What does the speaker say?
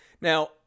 Now